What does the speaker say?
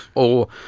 or,